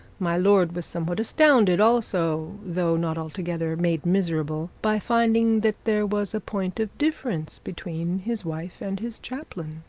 my lord was somewhat astounded also, though not altogether made miserable, by finding that there was a point of difference between his wife and his chaplain.